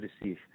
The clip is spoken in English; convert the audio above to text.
receive